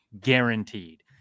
guaranteed